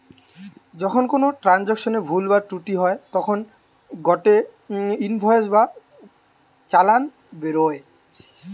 যখন কোনো ট্রান্সাকশনে ভুল বা ত্রুটি হই তখন গটে ইনভয়েস বা চালান বেরোয়